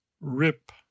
rip